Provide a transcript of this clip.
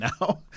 now